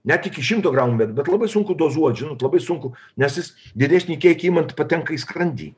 net iki šimto gramų bet labai sunku dozuot žinot labai sunku nes jis didesnį kiekį imant patenka į skrandį